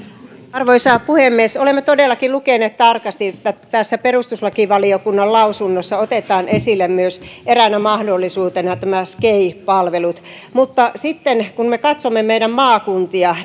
arvoisa puhemies olemme todellakin lukeneet tarkasti että tässä perustuslakivaliokunnan lausunnossa otetaan esille myös eräänä mahdollisuutena nämä sgei palvelut mutta sitten kun me katsomme meidän maakuntiamme